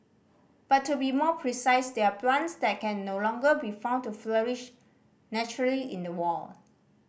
but to be more precise they're plants that can no longer be found to flourish naturally in the wild